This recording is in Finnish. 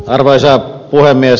arvoisa puhemies